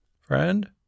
Friend